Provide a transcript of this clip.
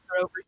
over